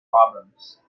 problems